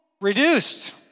Reduced